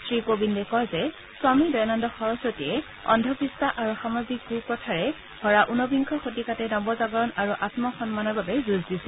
শ্ৰীকোবিন্দে কয় যে স্বামী দয়ানন্দ সৰস্বতীয়ে অন্ধবিশ্বাস আৰু সামাজিক কু প্ৰথাৰে ভৰা উনবিংশ শতিকাতে নৱজাগৰণ আৰু আম্ম সন্মানৰ হঁকে যুঁজ দিছিল